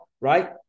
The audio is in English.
Right